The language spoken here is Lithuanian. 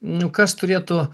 nu kas turėtų